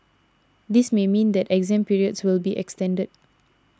this may mean that exam periods will be extended